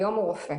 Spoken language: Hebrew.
היום הוא רופא".